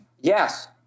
Yes